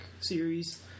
series